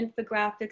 infographics